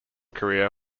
career